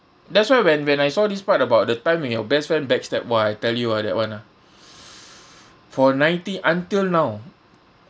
that's why when when I saw this part about the time when your best friend backstab !wah! I tell you ah that [one] ah for nineteen until now